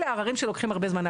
אלה העררים שלוקחים הרבה זמן.